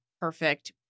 perfect